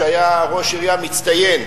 שהיה ראש עירייה מצטיין,